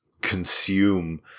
consume